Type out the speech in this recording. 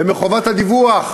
ובגלל חובת הדיווח,